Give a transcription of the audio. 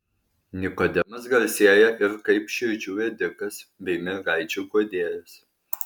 nikodemas garsėja ir kaip širdžių ėdikas bei mergaičių guodėjas